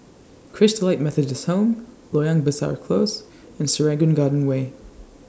Christalite Methodist Home Loyang Besar Close and Serangoon Garden Way